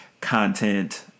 content